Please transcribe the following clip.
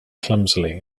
clumsily